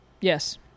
Yes